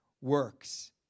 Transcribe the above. works